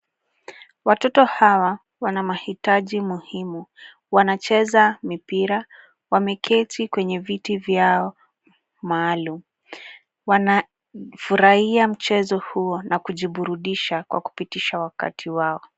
Watoto hawa wana mahitaji muhimu. Wanacheza mipira. Wameketi kwenye viti vyao maalum. Wanafurahia mchezo huo na kujiburudisha kwa kupitisha wakati wao.